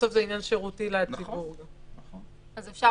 בסוף בעניין שירותי לציבור.